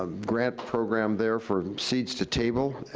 ah grant program there for seats to table.